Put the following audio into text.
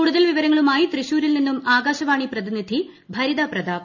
കൂടുതൽ വിവരങ്ങളുമായി തൃശൂരിൽ നിന്നും ആകാശവാണി പ്രതിനിധി ഭരിത പ്രതാപ്